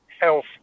health